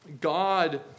God